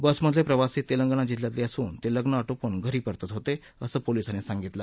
बसमधले प्रवासी तेलंगणा जिल्ह्यातले असून ते लग्न आटोपून घरी परतत होते असं पोलीसांनी सांगितलं